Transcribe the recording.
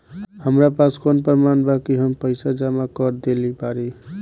हमरा पास कौन प्रमाण बा कि हम पईसा जमा कर देली बारी?